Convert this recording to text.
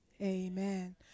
Amen